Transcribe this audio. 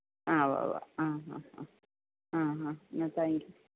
ആ ആ ഉവ്വ ഉവ്വ ആ ഹ ഹ എന്നാൽ താങ്ക് യൂ